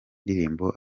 ndirimbo